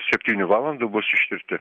septynių valandų bus išsiųsti